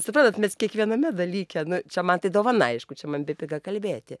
suprantat mes kiekviename dalyke nu čia man tai dovana aišku čia man bepiga kalbėti